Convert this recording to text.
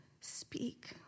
speak